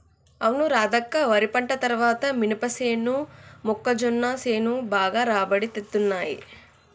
అవును రాధక్క వరి పంట తర్వాత మినపసేను మొక్కజొన్న సేను బాగా రాబడి తేత్తున్నయ్